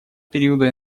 периода